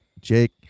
Jake